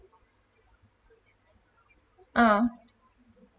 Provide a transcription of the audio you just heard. uh